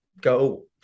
go